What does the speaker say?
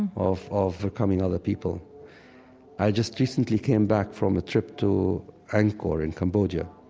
and of of becoming other people i just recently came back from a trip to angkor in cambodia,